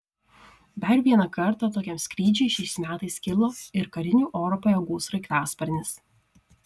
dar vieną kartą tokiam skrydžiui šiais metais kilo ir karinių oro pajėgų sraigtasparnis